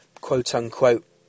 quote-unquote